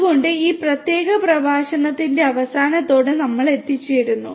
അതിനാൽ ഈ പ്രത്യേക പ്രഭാഷണത്തിന്റെ അവസാനത്തോടെ ഞങ്ങൾ എത്തിച്ചേരുന്നു